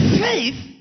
faith